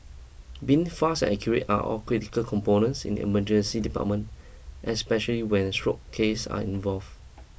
being fast and accurate are all critical components in emergency department especially when stroke cases are involved